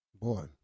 Boy